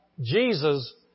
Jesus